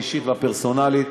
האישית הפרסונלית,